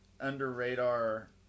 under-radar